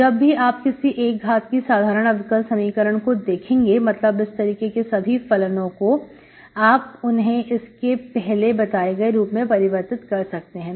जब भी आप किसी एक घात की साधारण अवकल समीकरण को देखेंगे मतलब इस तरीके के सभी फलनो को आप उन्हें इसके पहले बताए गए रूप में परिवर्तित कर सकते हैं